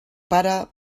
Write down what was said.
pare